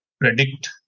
predict